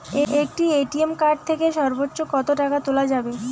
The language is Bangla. একটি এ.টি.এম কার্ড থেকে সর্বোচ্চ কত টাকা তোলা যাবে?